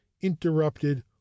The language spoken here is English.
interrupted